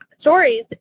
stories